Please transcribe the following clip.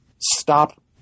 stop